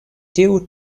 tiu